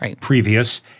previous